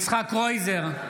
יצחק קרויזר,